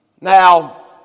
Now